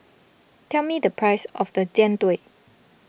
tell me the price of the Jian Dui